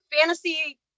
fantasy